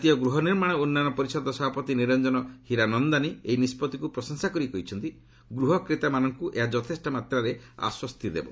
ଜାତୀୟ ଗୃହ ନିର୍ମାଣ ଉନ୍ନୟନ ପରିଷଦ ସଭାପତି ନିରଞ୍ଜନ ହୀରାନନ୍ଦାନୀ ଏହି ନିଷ୍ପଭିକ୍ତ ପ୍ରଶଂସା କରି କହିଛନ୍ତି ଗୃହ କ୍ରେତାମାନଙ୍କୁ ଏହା ଯଥେଷ୍ଟ ମାତ୍ରାରେ ଆସ୍ୱସ୍ଥି ଦେବ